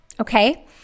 okay